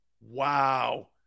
Wow